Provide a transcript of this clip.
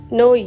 no